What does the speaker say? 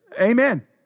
amen